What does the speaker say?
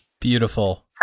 beautiful